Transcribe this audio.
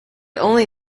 only